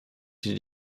die